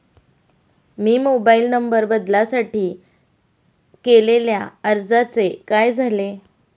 मी mobile number बदलासाठी केलेल्या अर्जाचे काय झाले?